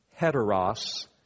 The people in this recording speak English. heteros